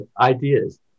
ideas